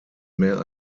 mehr